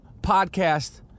podcast